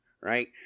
right